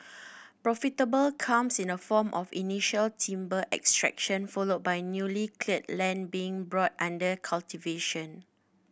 profitable comes in the form of initial timber extraction followed by newly cleared lands being brought under cultivation